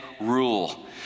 rule